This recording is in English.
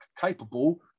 capable